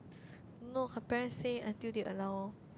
no her parents say until they allow loh